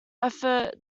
effort